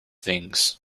things